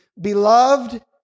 Beloved